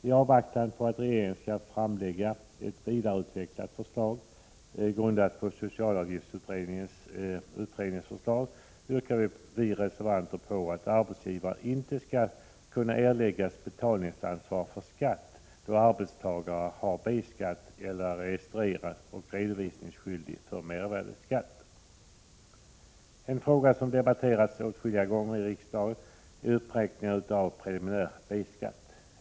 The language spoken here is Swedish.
I avvaktan på att regeringen skall framlägga ett vidareutvecklat förslag — grundat på socialavgiftsutredningens förslag — yrkar vi reservanter på att arbetsgivaren inte skall kunna åläggas betalningsansvar för skatt, då arbetstagare har B-skatt eller är registrerad och redovisningsskyldig för mervärdeskatt. En fråga som debatterats åtskilliga gånger i riksdagen är uppräkningar av preliminär B-skatt.